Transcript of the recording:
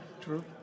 True